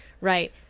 right